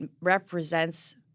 represents